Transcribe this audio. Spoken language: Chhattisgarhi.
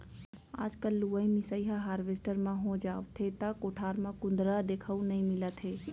आजकल लुवई मिसाई ह हारवेस्टर म हो जावथे त कोठार म कुंदरा देखउ नइ मिलत हे